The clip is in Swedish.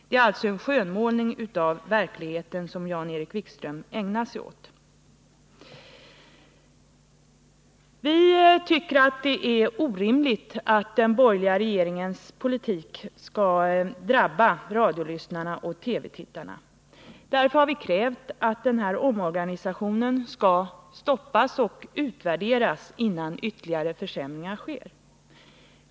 Det är alltså en skönmålning av verkligheten som Jan-Erik Wikström ägnar sig åt. Vi tycker att det är orimligt att den borgerliga regeringens politik skall drabba radiolyssnarna och TV-tittarna. Därför har vi krävt att omorganisationen skall stoppas och utvärderas innan ytterligare försämringar sker.